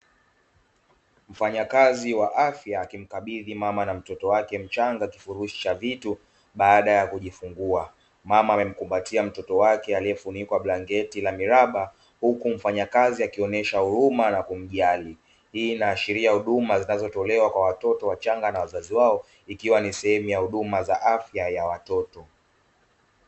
Mfanyakazi wa afya akimkabidhi mama na mtoto wake mchanga kifurushi cha vitu baada ya kujifungua. Mama amemkumbatia mtoto wake aliyefunikwa blangeti la miraba, huku mfanya kazi akionesha huruma na kumjali, hii inaashiria huduma zinazotolewa kwa watoto wachanga na wazazi wao ikiwa ni sehemu ya huduma za afya ya mtoto.